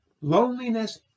loneliness